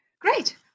Great